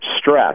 stress